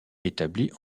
établies